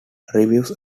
reviews